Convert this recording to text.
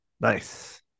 Nice